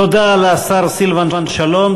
תודה לשר סילבן שלום.